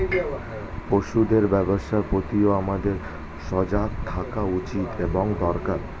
পশুদের স্বাস্থ্যের প্রতিও আমাদের সজাগ থাকা উচিত এবং দরকার